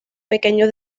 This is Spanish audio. pequeño